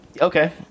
Okay